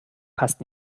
passt